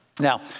Now